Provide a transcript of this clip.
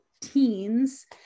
teens